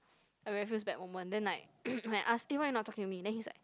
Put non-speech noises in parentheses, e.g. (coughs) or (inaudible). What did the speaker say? I have this very bad moment then like (coughs) I ask eh why you not talking to me then he's like